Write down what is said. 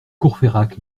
courfeyrac